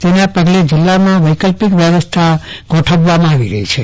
તેના પગલે જિલ્લામાં વૈકલ્પીક વ્યવસ્થા ગોઠવવામાં આવી રહી છે